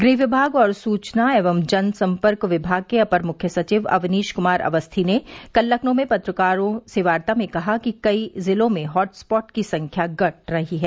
गृह विभाग और सूचना एवं जनसंपर्क विभाग के अपर मुख्य सचिव अवनीश कुमार अवस्थी ने कल लखनऊ में पत्रकारों से वार्ता में कहा कि कई जिलों में हॉटस्पॉट की संख्या घट रही है